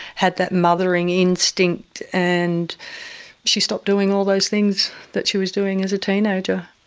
had that mothering instinct and she stopped doing all those things that she was doing as a teenager.